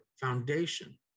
foundation